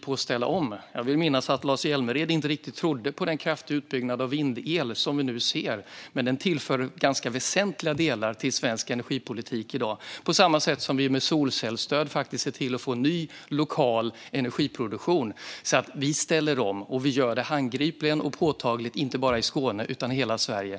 konkret på att ställa om. Jag vill minnas att Lars Hjälmered inte riktigt trodde på den kraftiga utbyggnad av vind-el vi nu ser, men den tillför ganska väsentliga delar till svensk energikapacitet i dag. På samma sätt ser vi med solcellsstöd faktiskt till att få en ny, lokal energiproduktion. Vi ställer alltså om, och vi gör det handgripligen och påtagligt - inte bara i Skåne utan i hela Sverige.